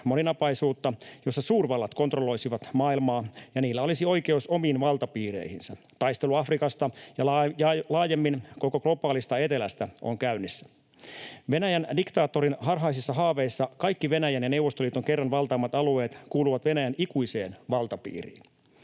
moninapaisuutta, jossa suurvallat kontrolloisivat maailmaa ja niillä olisi oikeus omiin valtapiireihinsä. Taistelu Afrikasta ja laajemmin koko globaalista etelästä on käynnissä. Venäjän diktaattorin harhaisissa haaveissa kaikki Venäjän ja Neuvostoliiton kerran valtaamat alueet kuuluvat Venäjän ikuiseen valtapiiriin.